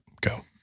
Go